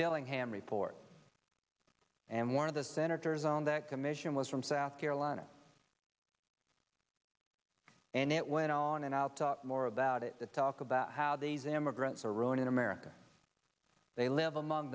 dillingham report and one of the senators on that commission was from south carolina and it went on and i'll talk more about it to talk about how these immigrants are ruining america they live among